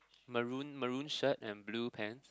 maroon maroon shirt and blue pants